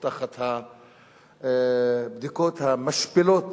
ב-16 בפברואר